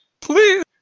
please